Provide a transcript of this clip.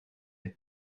agus